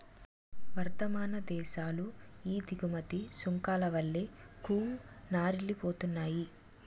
వర్థమాన దేశాలు ఈ దిగుమతి సుంకాల వల్లే కూనారిల్లిపోతున్నాయి